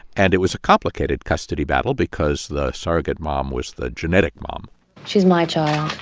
and it was a complicated custody battle because the surrogate mom was the genetic mom she's my child.